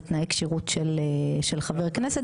לתנאי כשירות של חבר כנסת.